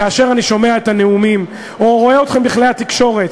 כאשר אני שומע את הנאומים או רואה אתכם בכלי התקשורת,